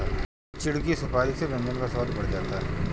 चिढ़ की सुपारी से व्यंजन का स्वाद बढ़ जाता है